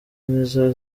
nizo